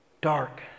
dark